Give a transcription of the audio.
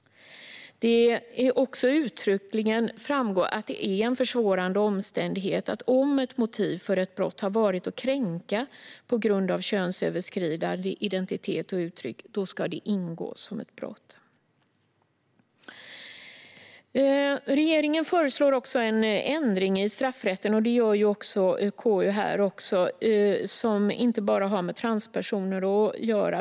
Det ska också uttryckligen framgå att det är en försvårande omständighet om ett motiv för ett brott har varit att kränka på grund av könsöverskridande identitet eller uttryck. Regeringen föreslår också en ändring i straffrätten som inte bara har med transpersoner att göra.